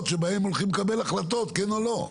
שבהם הולכים לקבל החלטות - כן או לא?